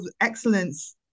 excellence